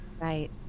Right